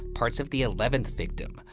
parts of the eleventh victim,